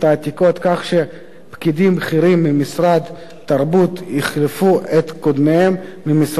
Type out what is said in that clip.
כך שפקידים בכירים ממשרד התרבות יחליפו את קודמיהם במשרד החינוך.